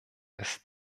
ist